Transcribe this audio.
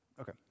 Okay